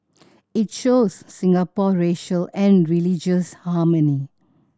it shows Singapore racial and religious harmony